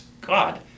God